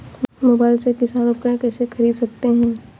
Mobile से किसान उपकरण कैसे ख़रीद सकते है?